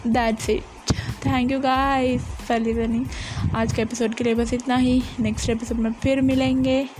That's it. Thank you guys. फैली बनी। आज के episode के लिए बस इतना ही। Next episode में फिर मिलेंगे।